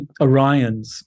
Orions